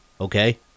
okay